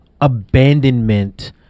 abandonment